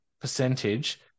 percentage